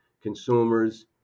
consumers